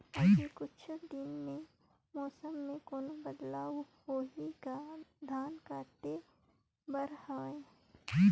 अभी कुछ दिन मे मौसम मे कोनो बदलाव होही का? धान काटे बर हवय?